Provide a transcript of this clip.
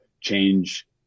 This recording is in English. change